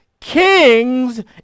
kings